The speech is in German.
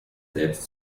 selbst